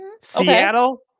Seattle